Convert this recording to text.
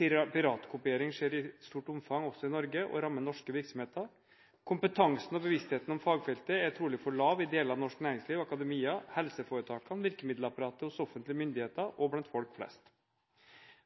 at piratkopiering skjer i stort omfang også i Norge og rammer norske virksomheter, at kompetansen og bevisstheten om fagfeltet trolig er for lav i deler av norsk næringsliv, i akademia, i helseforetakene, i virkemiddelapparatet, hos offentlige myndigheter og blant folk flest.